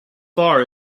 far